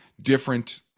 different